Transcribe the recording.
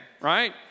right